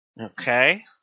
Okay